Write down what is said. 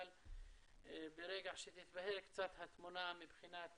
אבל ברגע שתתבהר קצת התמונה מבחינת